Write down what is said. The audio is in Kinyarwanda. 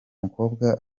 mukobwa